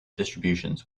distributions